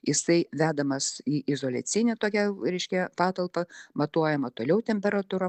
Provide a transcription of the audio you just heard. jisai vedamas į izoliacinį tokią reiškia patalpą matuojama toliau temperatūra